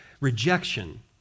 rejection